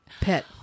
pet